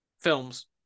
films